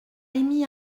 émis